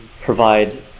provide